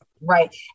Right